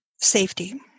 Safety